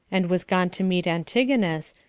and was gone to meet antigonus,